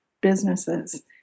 businesses